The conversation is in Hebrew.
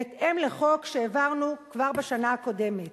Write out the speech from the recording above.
בהתאם לחוק שהעברנו כבר בשנה הקודמת.